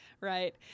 right